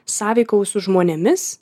sąveikauju su žmonėmis